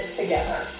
together